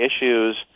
issues